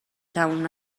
تموم